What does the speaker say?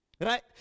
Right